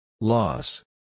Loss